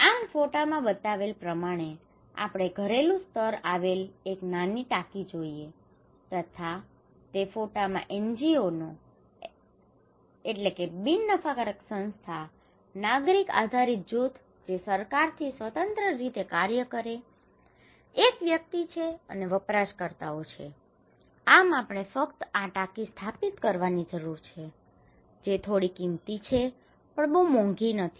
આમ ફોટામાં બતાવેલ પ્રમાણે આપણે ઘરેલુ સ્તરે આવેલ એક નાની ટાંકી જોઈએ તથા તે ફોટામાં એનજીઓનો NGO બિન નફાકારક સંસ્થા નાગરિક આધારિત જૂથ જે સરકારથી સ્વતંત્ર રીતે કાર્ય કરે છે એક વ્યક્તિ છે અને વપરાશકર્તાઓ છે આમ આપણે ફક્ત આ ટાંકી સ્થાપિત કરવાની જરૂર છે જે થોડી કિંમતી છે પણ ખૂબ મોંઘી નથી